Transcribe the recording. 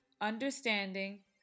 understanding